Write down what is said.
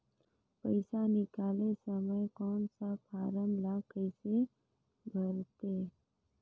पइसा निकाले समय कौन सा फारम ला कइसे भरते?